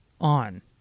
on